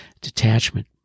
Detachment